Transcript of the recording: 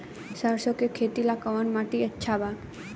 सरसों के खेती ला कवन माटी अच्छा बा?